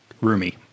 roomy